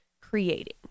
creating